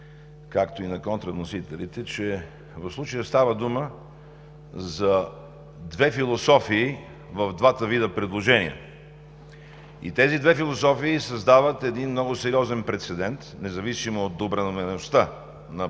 както и на контравносителите, че в случая става дума за две философии в двата вида предложения. Тези две философии създават един много сериозен прецедент, независимо от добронамереността на първоначалния